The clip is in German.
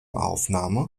aufnahme